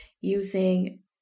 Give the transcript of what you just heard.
using